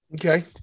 Okay